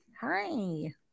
hi